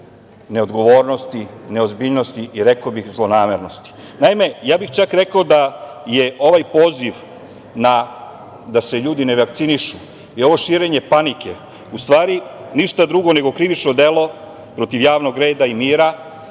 neodgovornosti, neozbiljnosti i rekao bih zlonamernosti. Naime, ja bih čak rekao da je ovaj poziv da se ljudi ne vakcinišu i ovo širenje panike u stvari ništa drugo nego krivično delo protiv javnog reda i mira